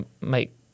make